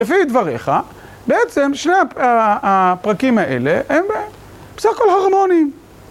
לפי דבריך, בעצם שני ה... הפרקים האלה הם בסך הכול הרמוניים.